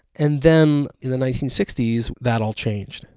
and then in the nineteen sixty s that all changed,